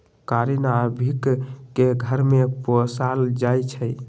कारी नार्भिक के घर में पोशाल जाइ छइ